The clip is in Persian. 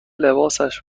لباسش